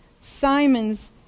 Simon's